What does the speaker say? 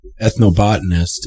ethnobotanist